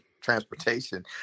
transportation